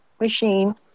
machine